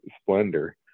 splendor